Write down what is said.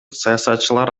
саясатчылар